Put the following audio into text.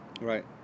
Right